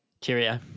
Cheerio